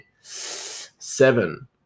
seven